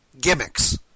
gimmicks